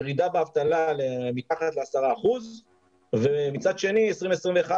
ירידה באבטלה מתחת ל-10% ומצד שני יוני 2021,